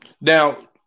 Now